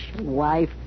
wife